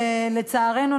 לצערנו,